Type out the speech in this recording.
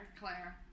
Claire